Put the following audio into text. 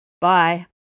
Bye